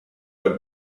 had